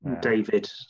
David